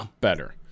better